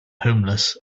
homeless